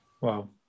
Wow